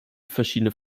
verschiedene